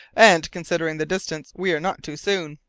and, considering the distance, we are not too soon,